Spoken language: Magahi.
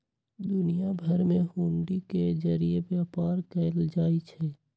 दुनिया भर में हुंडी के जरिये व्यापार कएल जाई छई